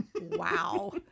Wow